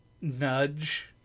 nudge